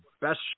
best